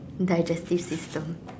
digestive system